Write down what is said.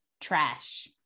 Trash